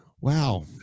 Wow